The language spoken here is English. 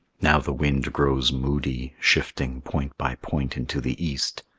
now the wind grows moody, shifting point by point into the east.